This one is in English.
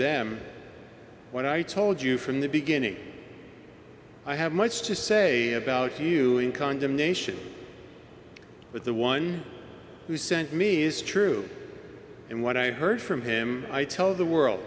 them when i told you from the beginning i have much to say about you in condemnation but the one who sent me is true and when i heard from him i tell the world